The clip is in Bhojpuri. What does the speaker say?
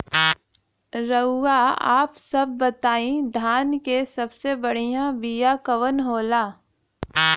रउआ आप सब बताई धान क सबसे बढ़ियां बिया कवन होला?